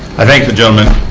i thank the gentleman.